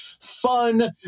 fun